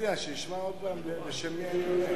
מציע שישמע עוד פעם בשם מי אני עונה.